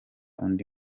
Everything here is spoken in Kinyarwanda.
undi